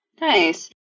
nice